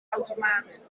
automaat